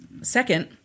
Second